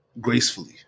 gracefully